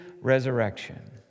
resurrection